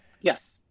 Yes